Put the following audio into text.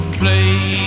play